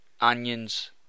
onions